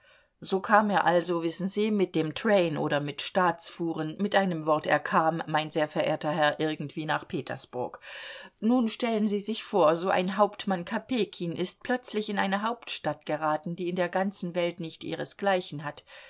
so kam er also wissen sie mit dem train oder mit staatsfuhren mit einem wort er kam mein sehr verehrter herr irgendwie nach petersburg nun stellen sie sich vor so ein hauptmann kopejkin ist plötzlich in eine hauptstadt geraten die in der ganzen welt nicht ihresgleichen hat